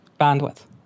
bandwidth